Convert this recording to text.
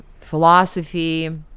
philosophy